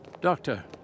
Doctor